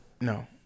no